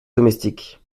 domestique